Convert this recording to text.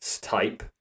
type –